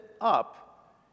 up